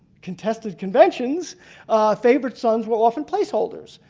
contested conventions favored sons were often place holders,